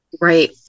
Right